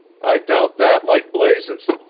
i doubt that like blazes!